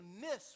miss